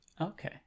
Okay